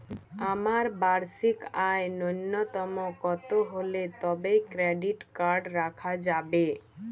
আমার বার্ষিক আয় ন্যুনতম কত হলে তবেই ক্রেডিট কার্ড রাখা যাবে?